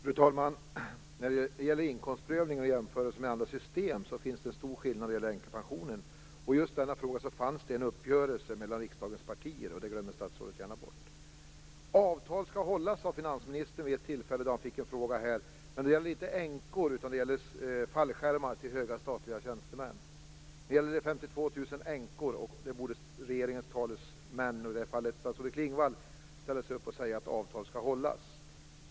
Fru talman! När det gäller inkomstprövning och jämförelse med andra system finns en stor skillnad i fråga om änkepensionen. I just denna fråga fanns det en uppgörelse mellan riksdagens partier, men det glömmer statsrådet gärna bort. Avtal skall hållas, sade finansministern vid ett tillfälle när han fick en fråga i riksdagen. Men det gällde inte änkor utan fallskärmsavtal med höga statliga tjänstemän. Nu gäller det 52 000 änkor, och då borde regeringens talesman statsrådet Klingvall ställa sig upp och säga att avtal skall hållas.